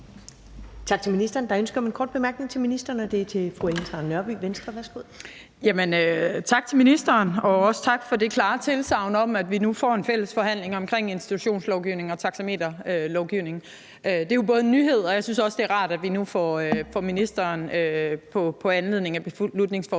Tak til ministeren. Der er ønske om en kort bemærkning til ministeren, og det er fra fru Ellen Trane Nørby, Venstre. Værsgo. Kl. 14:57 Ellen Trane Nørby (V): Tak til ministeren, og også tak for det klare tilsagn om, at vi nu får en fælles forhandling omkring institutionslovgivningen og taxameterlovgivningen. Det er en nyhed, og jeg synes også, det er rart, at vi nu på foranledning af beslutningsforslaget